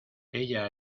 ella